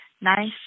nice